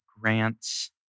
grants